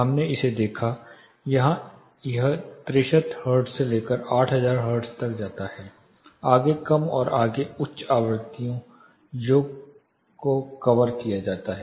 हमने इसे देखा यहाँ यह 63 हर्ट्ज से लेकर 8000 हर्ट्ज तक जाता है आगे कम और आगे उच्च आवृत्तियों को कवर नहीं किया गया है